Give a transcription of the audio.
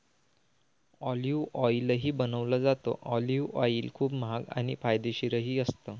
olive ऑईलही बनवलं जातं, ऑलिव्ह ऑईल खूप महाग आणि फायदेशीरही असतं